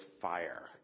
fire